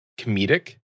comedic